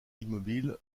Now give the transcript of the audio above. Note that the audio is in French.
immobile